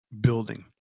building